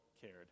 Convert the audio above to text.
cared